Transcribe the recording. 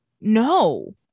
no